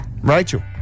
Rachel